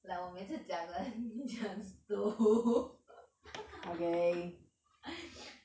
like 我每次讲的你很毒